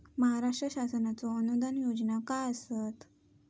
महाराष्ट्र शासनाचो अनुदान योजना काय आसत?